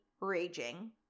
raging